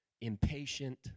impatient